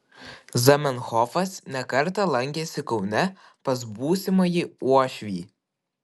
zamenhofas ne kartą lankėsi kaune pas būsimąjį uošvį